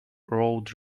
road